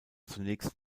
zunächst